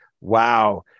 wow